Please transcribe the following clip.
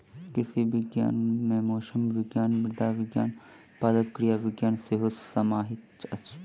कृषि विज्ञान मे मौसम विज्ञान, मृदा विज्ञान, पादप क्रिया विज्ञान सेहो समाहित अछि